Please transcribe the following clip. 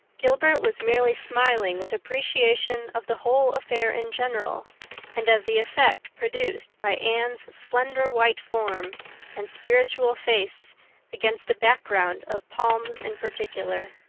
gilbert was merely smiling with appreciation of the whole affair in general and of the effect produced by anne's slender white form and spiritual face against a background of palms in particular.